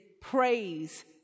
praise